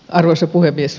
arvoisa puhemies